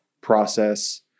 process